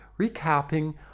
Recapping